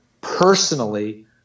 personally